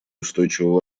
устойчивого